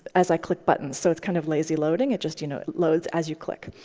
as i click buttons. so it's kind of lazy loading. it just you know loads as you click.